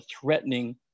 threatening